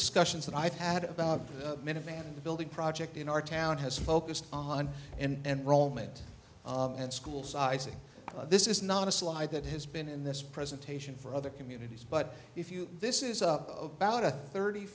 discussions that i've had about minuteman the building project in our town has focused on and roman and school sizing this is not a slide that has been in this presentation for other communities but if you this is up about a thirty